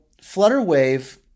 Flutterwave